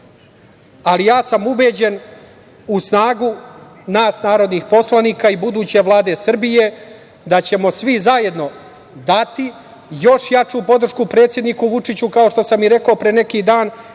Vučića. Ja sam ubeđen u snagu nas, narodnih poslanika i buduće Vlade Srbije, da ćemo svi zajedno dati još jaču podršku predsedniku Vučiću, kao što sam i rekao pre neki dan,